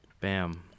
bam